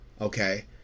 Okay